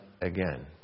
again